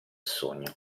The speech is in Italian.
sogno